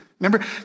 Remember